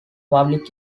public